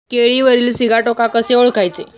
केळीवरील सिगाटोका कसे ओळखायचे?